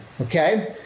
okay